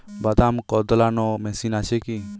বাদাম কদলানো মেশিন আছেকি?